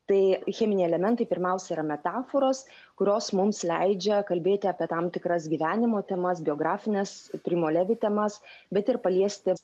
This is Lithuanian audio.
tai cheminiai elementai pirmiausia yra metaforos kurios mums leidžia kalbėti apie tam tikras gyvenimo temas biografines primo levi temas bet ir paliesti